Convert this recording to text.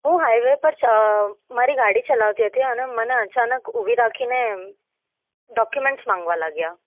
હું હાઇવે પર મારી ગાડી ચલાવતી હતી અને મને અચાનક ઊભી રાખીને ડોક્યુમેન્ટ્સ માગવા લાગ્યા